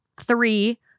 Three